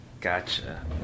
Gotcha